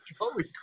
holy